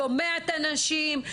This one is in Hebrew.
שומע את האנשים,